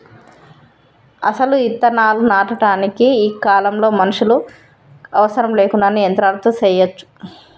అసలు ఇత్తనాలు నాటటానికి ఈ కాలంలో మనుషులు అవసరం లేకుండానే యంత్రాలతో సెయ్యచ్చు